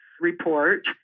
report